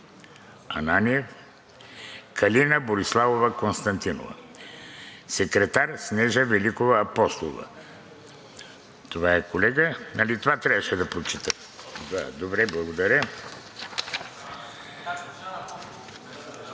Ананиев, Калина Бориславова Константинова, секретар – Снежана Великова Апостолова.“ Това е, колега. Нали това трябваше да прочета? Да. Добре, благодаря.